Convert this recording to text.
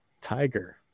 tiger